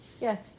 Yes